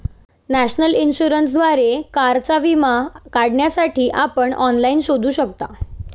national इन्शुरन्सद्वारे कारचा विमा काढण्यासाठी आपण ऑनलाइन शोधू शकता